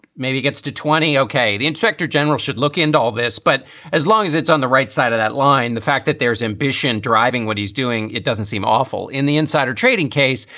maybe gets to twenty, ok. the inspector general should look into all this. but as long as it's on the right side of that line, the fact that there's ambition driving what he's doing, it doesn't seem awful in the insider trading case.